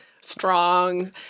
strong